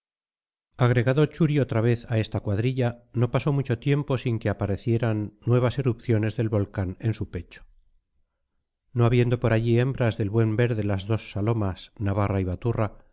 agregado churi otra vez a esta cuadrilla no pasó mucho tiempo sin que aparecieran nuevas erupciones del volcán de su pecho no habiendo por allí hembras del buen ver de las dos salomas navarra y baturra